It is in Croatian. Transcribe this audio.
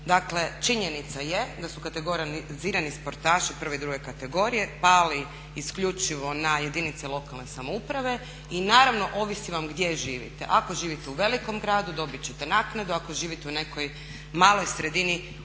dakle činjenica je da su kategorizirani sportaši prve i druge kategorije pali isključivo na jedinice lokalne samouprave i naravno ovisi vam gdje živite. Ako živite u velikom gradu dobiti ćete naknadu, ako živite u nekoj maloj sredini